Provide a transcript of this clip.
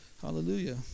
Hallelujah